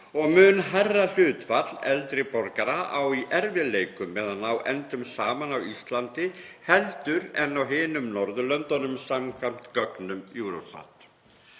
og mun hærra hlutfall eldri borgara á í erfiðleikum með að ná endum saman á Íslandi heldur en á hinum Norðurlöndunum samkvæmt gögnum